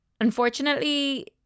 Unfortunately